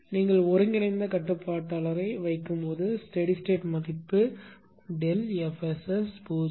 நீங்கள் ஒருங்கிணைந்த கட்டுப்பாட்டாளரை வைக்கும்போது ஸ்டெடி ஸ்டேட் மதிப்பு ΔF SS 0